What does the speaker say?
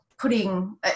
putting